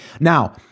Now